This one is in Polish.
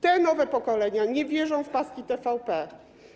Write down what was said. Te nowe pokolenia nie wierzą w paski TVP.